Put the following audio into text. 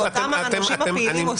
הנושים הפעילים עושים את זה.